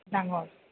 ডাঙৰ